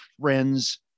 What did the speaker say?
friends